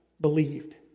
believed